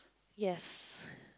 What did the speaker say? yes